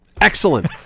Excellent